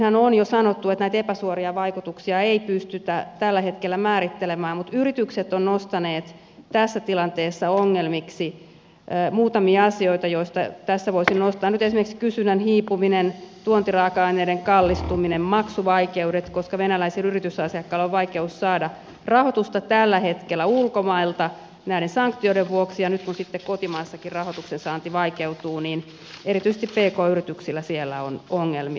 aikaisemminhan on jo sanottu että näitä epäsuoria vaikutuksia ei pystytä tällä hetkellä määrittelemään mutta yritykset ovat nostaneet tässä tilanteessa ongelmiksi muutamia asioita joista tässä voisin nostaa esiin nyt esimerkiksi kysynnän hiipumisen tuontiraaka aineiden kallistumisen maksuvaikeudet koska venäläisillä yritysasiakkailla on vaikeus saada rahoitusta tällä hetkellä ulkomailta näiden sanktioiden vuoksi ja nyt kun sitten kotimaassakin rahoituksen saanti vaikeutuu niin erityisesti pk yrityksillä siellä on ongelmia